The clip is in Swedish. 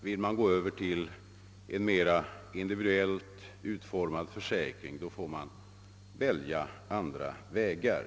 Vill man gå över till en mera individuellt utformad 'försäkring, får man välja andra vägar.